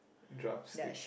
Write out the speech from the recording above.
drumstick